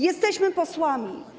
Jesteśmy posłami.